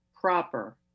proper